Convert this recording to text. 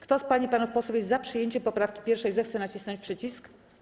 Kto z pań i panów posłów jest za przyjęciem poprawki 1., zechce nacisnąć przycisk.